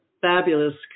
fabulous